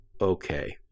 okay